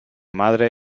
madre